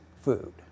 food